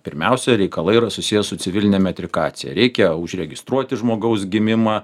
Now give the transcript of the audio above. pirmiausia reikalai yra susiję su civiline metrikacija reikia užregistruoti žmogaus gimimą